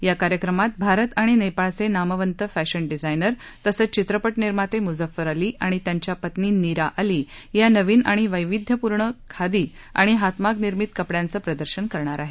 या कार्यक्रमात भारत आणि नेपाळचे नामवंत फॅशन डिझायनर तसंच चित्रपट निर्माते मुझफ्फर अली आणि त्यांच्या पत्नी निरा अली या नवीन आणि वैविध्यपूर्ण खादी आणि हातमाग निर्मित कपड्यांचं प्रदर्शन करणार आहेत